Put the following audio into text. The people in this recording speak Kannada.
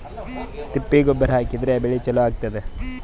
ತಿಪ್ಪಿ ಗೊಬ್ಬರ ಹಾಕಿದ್ರ ಬೆಳಿ ಚಲೋ ಆಗತದ?